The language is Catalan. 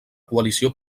coalició